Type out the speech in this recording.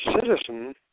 Citizen